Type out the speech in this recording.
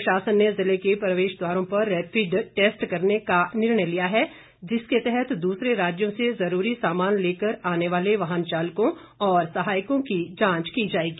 प्रशासन ने जिले के प्रवेश द्वारो पर रैपिड टेस्ट करने का निर्णय लिया है जिसके तहत दूसरे राज्यो से जरुरी सामान लेकर आने वाले वाहन चालकों और सहायको की जांच की जाएगी